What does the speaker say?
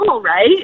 right